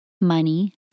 money